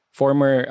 former